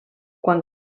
quan